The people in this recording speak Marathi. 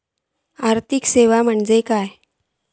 आर्थिक सेवा म्हटल्या काय?